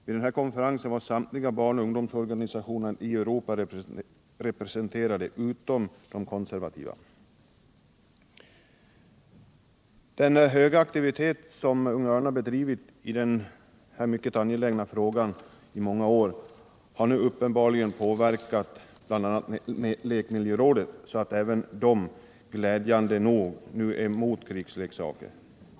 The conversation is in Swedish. Vid denna konferens var samtliga barnoch ungdomsorganisationer i Europa representerade — utom de konservativas. Den höga aktivitetet som Unga Örnar i många år har visat i denna mycket angelägna fråga har nu uppenbarligen påverkat bl.a. lekmiljörådet, så att man även där glädjande nog nu är emot krigsleksaker.